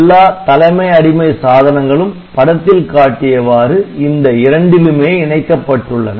எல்லா தலைமைஅடிமை சாதனங்களும் படத்தில் காட்டியவாறு இந்த இரண்டிலுமே இணைக்கப்பட்டுள்ளன